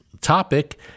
topic